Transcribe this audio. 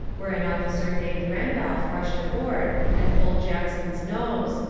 where an officer named bandolph rushed aboard and pulled jackson's nose,